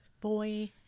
Boy